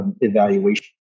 evaluation